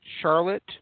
Charlotte